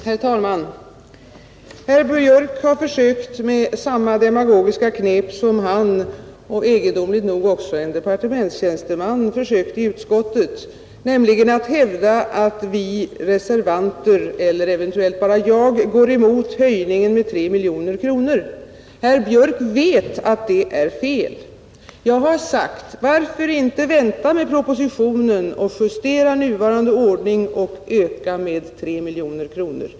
Herr talman! Herr Björk i Göteborg har försökt med samma demagogiska knep som han och egendomligt nog en departementstjänsteman försökte i utskottet, nämligen att hävda att vi reservanter eller eventuellt bara jag går emot höjningen med 3 miljoner kronor. Herr Björk vet att detta är fel. Jag har sagt: Varför inte vänta med propositionen, justera nuvarande ordning och öka med 3 miljoner kronor?